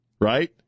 right